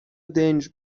دنج